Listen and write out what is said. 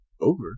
over